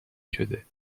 شده